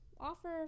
offer